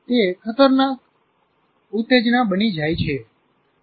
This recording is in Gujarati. તે ખતરનાક ઉત્તેજના બની જાય છે